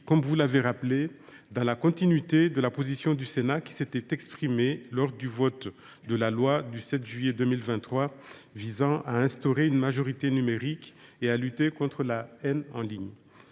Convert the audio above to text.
comme il a été rappelé, dans la continuité de la position du Sénat exprimée lors du vote de la loi du 7 juillet 2023 visant à instaurer une majorité numérique et à lutter contre la haine en ligne.